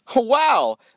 Wow